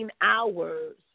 hours